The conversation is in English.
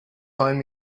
find